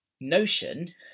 Notion